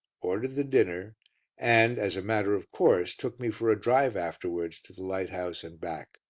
ordered the dinner and, as a matter of course, took me for a drive afterwards to the lighthouse and back.